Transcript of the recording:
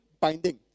binding